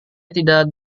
tidak